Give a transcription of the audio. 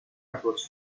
approach